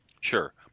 Sure